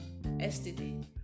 STD